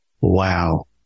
Wow